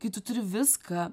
kai tu turi viską